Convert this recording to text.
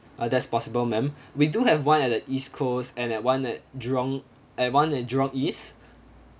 uh that's possible ma'am we do have one at the east coast and at one at jurong and one at jurong east